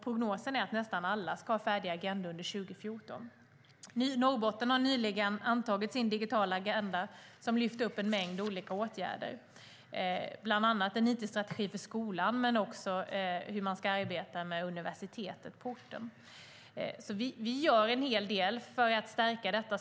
Prognosen är att nästan alla kommer att ha färdiga agendor 2014. Norrbotten har nyligen antagit sin digitala agenda, som lyfter upp en mängd olika åtgärder, bland annat en it-strategi för skolan men också hur man ska arbeta med universitet på orten. Vi gör en hel del.